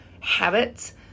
habits